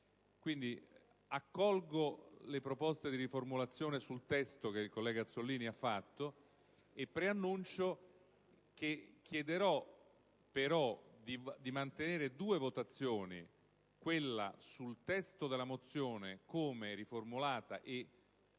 ad accogliere le proposte di riformulazione che il collega Azzollini ha fatto, però preannuncio che chiederò di mantenere due votazioni: quella sul testo della mozione come riformulata e